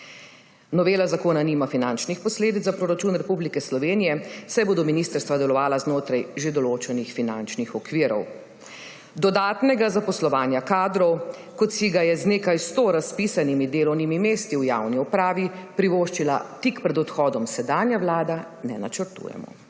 Novela zakona nima finančnih posledic za Proračun Republike Slovenije, saj bodo ministrstva delovala znotraj že določenih finančnih okvirov. Dodatnega zaposlovanja kadrov, kot si ga je z nekaj 100 razpisanimi delovnimi mesti v javni upravi privoščila tik pred odhodom sedanja vlada, ne načrtujemo.